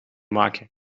maken